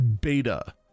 beta